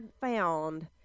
found